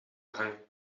hangen